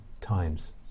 times